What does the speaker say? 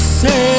say